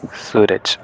Sooraj